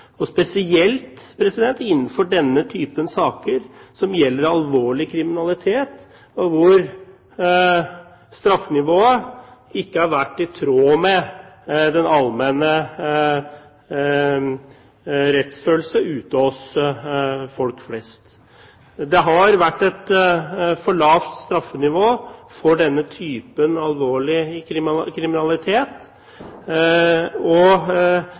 og spesielt innenfor denne typen saker, som gjelder alvorlig kriminalitet, og hvor straffenivået ikke har vært i tråd med den allmenne rettsfølelse ute hos folk flest. Det har vært et for lavt straffenivå for denne typen alvorlig kriminalitet,